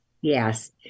Yes